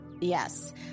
Yes